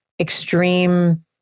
extreme